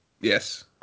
Yes